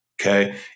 okay